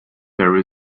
there